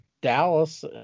Dallas